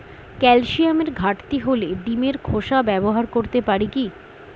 ক্যালসিয়ামের ঘাটতি হলে ডিমের খোসা ব্যবহার করতে পারি কি?